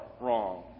wrong